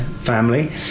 family